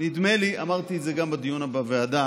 --- נדמה לי, אמרתי את זה גם בדיון בוועדה,